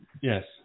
Yes